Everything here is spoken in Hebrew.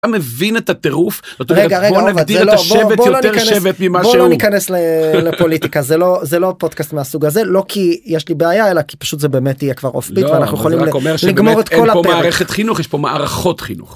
אתה מבין את הטירוף? רגע, רגע, בוא נגדיר את השבט לא ניכנס לפוליטיקה זה לא זה לא פודקאסט מהסוג הזה לא כי יש לי בעיה אלא כי פשוט זה באמת יהיה כבר אופביט ואנחנו יכולים לגמור את כל ה.. אין פה מערכת חינוך יש פה מערכות חינוך.